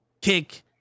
Kick